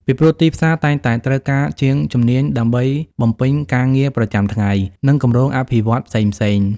ពីព្រោះទីផ្សារតែងតែត្រូវការជាងជំនាញដើម្បីបំពេញការងារប្រចាំថ្ងៃ និងគម្រោងអភិវឌ្ឍន៍ផ្សេងៗ។